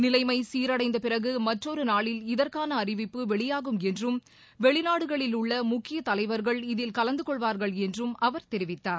நிலைமைசீரடைந்தபிறகுமற்றொருநாளில் இதற்கானஅறிவிப்பு வெளியாகும் என்றும் வெளிநாடுகளில் உள்ளமுக்கியத் தலைவர்கள் இதில் கலந்துகொள்வார்கள் என்றும் அவர் தெரிவித்தார்